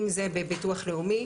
אם זה בביטוח הלאומי,